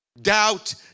Doubt